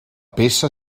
peça